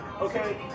okay